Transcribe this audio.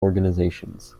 organizations